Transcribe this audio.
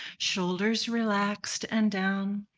shoulders relaxed and down?